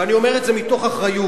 ואני אומר את זה מתוך אחריות,